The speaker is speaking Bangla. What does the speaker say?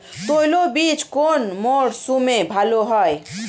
তৈলবীজ কোন মরশুমে ভাল হয়?